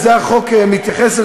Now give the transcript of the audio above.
ולזה החוק מתייחס,